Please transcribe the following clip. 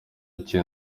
icyo